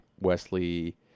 Wesley